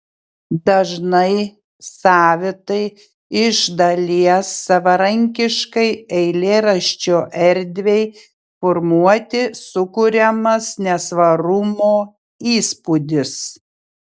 dažnai savitai iš dalies savarankiškai eilėraščio erdvei formuoti sukuriamas nesvarumo įspūdis